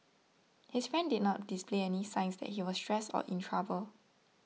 his friend did not display any signs that he was stressed or in trouble